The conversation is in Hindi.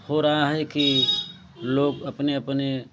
हो रहा कि लोग अपने अपने